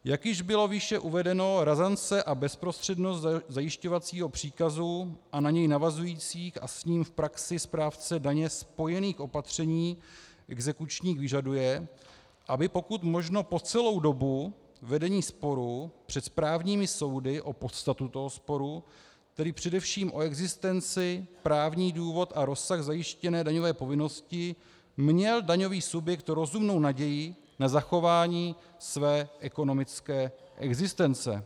Jak již bylo výše uvedeno, razance a bezprostřednost zajišťovacího příkazu a na něj navazujících a s ním v praxi správce daně spojených opatření exekučních vyžaduje, aby pokud možno po celou dobu vedení sporu před správními soudy o podstatu toho sporu, tedy především o existenci, právní důvod a rozsah zajištěné daňové povinnosti, měl daňový subjekt rozumnou naději na zachování své ekonomické existence.